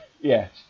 Yes